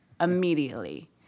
immediately